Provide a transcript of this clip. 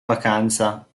vacanza